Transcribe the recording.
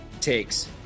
takes